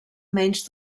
menys